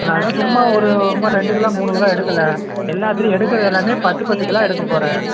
நான் அதை சும்மா ஒரு ரெண்டு கிலோ மூணு கிலோ எடுக்கலை எல்லாத்திலையும் எடுக்கிற எல்லாமே பத்து பத்து கிலோ எடுக்கப்போறேன்